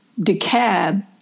Decab